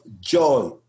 joy